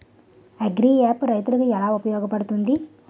Agri app రైతులకి ఏలా ఉపయోగ పడుతుంది?